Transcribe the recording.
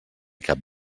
cap